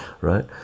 right